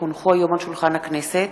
כי הונחו היום על שולחן הכנסת,